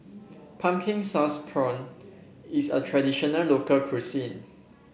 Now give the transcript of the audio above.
Pumpkin Sauce Prawns is a traditional local cuisine